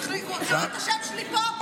הוא קרא את השם שלי פה ודיבר עליי.